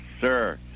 sir